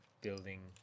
building